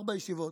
ארבע ישיבות,